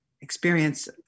experience